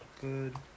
good